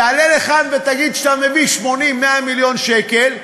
תעלה לכאן ותגיד שאתה מביא 80 או 100 מיליון שקל,